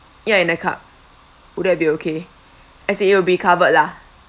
ya in a cup would that be okay as in it will be covered lah